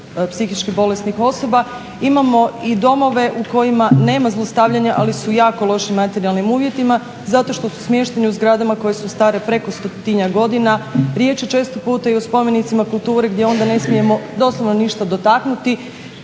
psihički bolesnih osoba. Imamo i domove u kojima nema zlostavljanja, ali su u jako lošim materijalnim uvjetima, zato što su smješteni u zgradama koje su stare preko stotinjak godina. Riječ je često puta i o spomenicima kulture gdje onda ne smijemo, doslovno ništa dotaknuti.